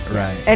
right